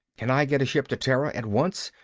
can i get a ship to terra at once?